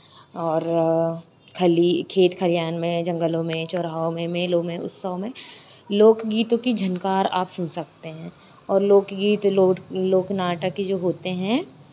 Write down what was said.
और खली खेत खरिहान में जंगलों में चौराहों में मेलों में उत्सव में लोकगीतों की झनकार आप सुन सकते हैं और लोकगीत लोट लोक नाटक जो होते हैं